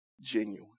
genuine